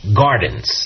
gardens